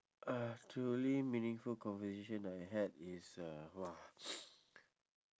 a truly meaningful conversation I had is uh !wah!